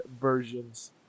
versions